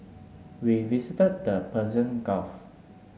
we visited the Persian Gulf